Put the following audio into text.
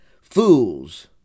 fools